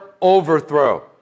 overthrow